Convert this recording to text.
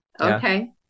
okay